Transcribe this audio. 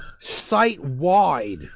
site-wide